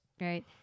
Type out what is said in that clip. Right